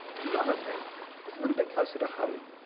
another thing that's a little bit closer to home,